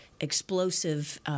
explosive